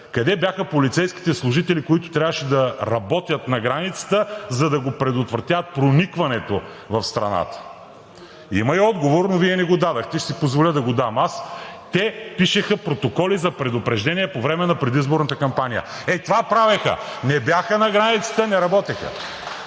къде бяха полицейските служители, които трябваше да работят на границата, за да предотвратяват проникването в страната? Има и отговор, но Вие не го дадохте. Ще си позволя да го дам аз – те пишеха протоколи за предупреждение по време на предизборната кампания! Е, това правеха! Не бяха на границата, не работеха!